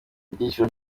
ibyiciro